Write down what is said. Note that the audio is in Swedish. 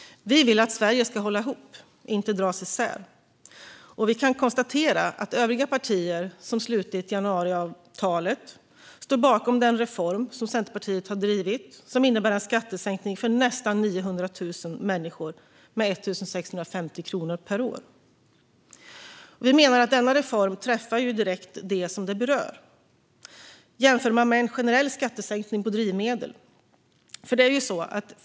Vi vill att Sverige ska hålla ihop, inte dras isär, och vi kan konstatera att övriga partier som slutit januariavtalet står bakom den reform som Centerpartiet har drivit och som innebär en skattesänkning för nästan 900 000 människor med 1 650 kronor per år. Vi menar att reformen direkt träffar dem som berörs, jämfört med en generell skattesänkning på drivmedel.